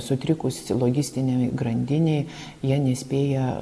sutrikus logistinei grandinei jie nespėja